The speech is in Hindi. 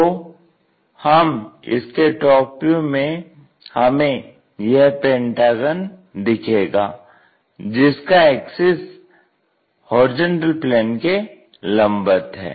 तो इसके टॉप व्यू में हमें यह पेंटागन दिखेगा जिसका एक्सिस HP के लंबवत है